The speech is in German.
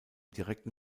direkten